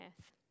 earth